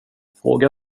fråga